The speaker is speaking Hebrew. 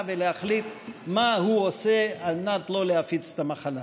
ולהחליט מה הוא עושה כדי לא להפיץ את המחלה: